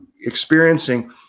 experiencing